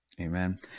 Amen